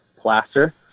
plaster